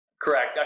Correct